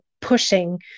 pushing